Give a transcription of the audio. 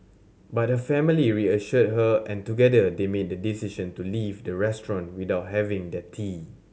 but her family reassured her and together they made the decision to leave the restaurant without having their tea